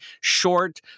short